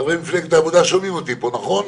חברי מפלגת העבודה שומעים אותי פה, נכון?